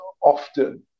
often